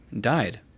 died